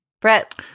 Brett